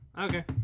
Okay